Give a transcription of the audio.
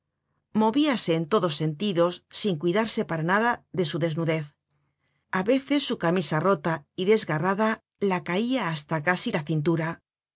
movíase en todos sentidos sin cuidarse para nada de su desnudez a veces su camisa rota y desgarrada la caia casi hasta la cintura